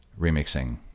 remixing